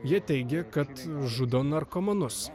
jie teigė kad žudo narkomanus